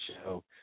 show